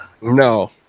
No